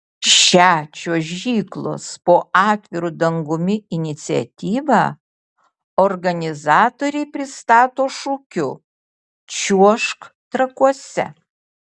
šią čiuožyklos po atviru dangumi iniciatyvą organizatoriai pristato šūkiu čiuožk trakuose